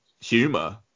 humor